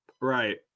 Right